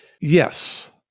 Yes